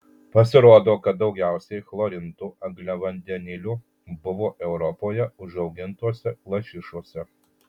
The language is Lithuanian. pasirodo kad daugiausiai chlorintų angliavandenilių buvo europoje užaugintose lašišose